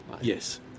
Yes